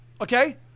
okay